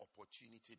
opportunity